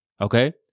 Okay